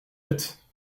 êtes